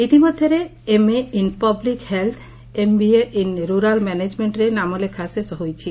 ଇତିମଧ୍ଧରେ MA in public health MBA in rural ମ୍ୟାନେଜ୍ମେକ୍କରେ ନାମଲେଖା ଶେଷ ହୋଇଛି